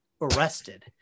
arrested